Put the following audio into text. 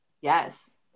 Yes